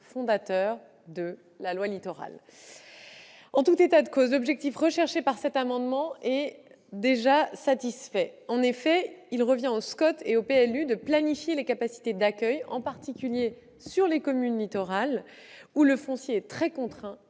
fondateurs de la loi Littoral. En tout état de cause, l'objectif visé par cet amendement est déjà satisfait. En effet, il revient au SCOT et au PLU de planifier les capacités d'accueil, en particulier dans les communes littorales où le foncier est très contraint,